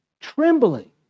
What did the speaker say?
Trembling